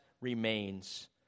remains